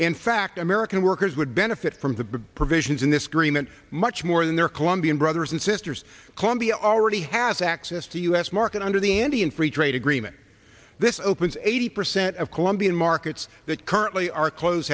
in fact american workers would benefit from the provisions in this cream and much more than their colombian brothers and sisters colombia already has access to u s market under the andean free trade agreement this opens eighty percent of colombian markets that currently are close